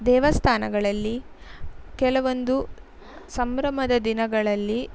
ದೇವಸ್ಥಾನಗಳಲ್ಲಿ ಕೆಲವೊಂದು ಸಂಭ್ರಮದ ದಿನಗಳಲ್ಲಿ